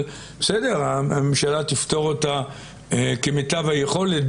הממשלה תפתור אותה כמיטב היכולת,